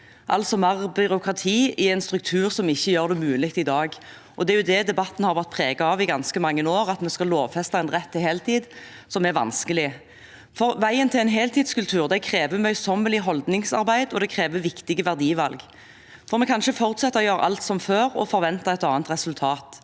altså mer byråkrati i en struktur som ikke gjør det mulig i dag. Det er det debatten har vært preget av i ganske mange år, at en skal lovfeste en rett til heltid, noe som er vanskelig. Veien til en heltidskultur krever et møysommelig holdningsarbeid, og det krever viktige verdivalg. Vi kan ikke fortsette å gjøre alt som før og forvente et annet resultat.